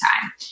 time